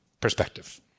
Perspective